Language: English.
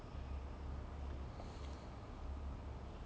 I don't know whether it's on net actually probably it should be on Netflix lah